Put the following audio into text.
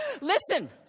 Listen